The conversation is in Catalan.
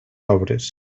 obres